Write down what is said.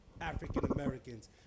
African-Americans